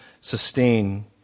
sustain